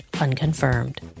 unconfirmed